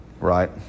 Right